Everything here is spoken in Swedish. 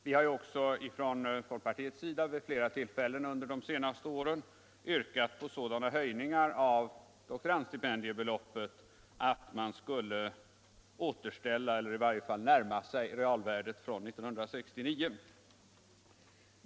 Vi har också från folkpartiets sida vid flera tillfällen under de senaste åren yrkat på sådana höjningar av doktorandstipendiebeloppen att man skulle återställa eller i varje fall närma sig realvärdet 1969.